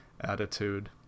attitude